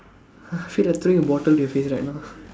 feel like throwing a bottle to your face right now